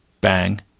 Bang